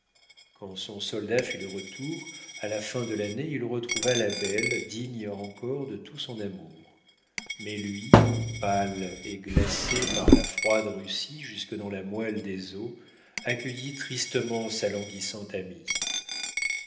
quand son soldat fut de retour a la fin de l'année il retrouva la belle digne encor de tout son amour mais lui pâle et glacé par la froide russie jusque dans la moelle des os accueillit tristement sa languissante amie